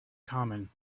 common